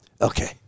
Okay